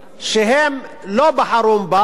שהם לא בחרו בה,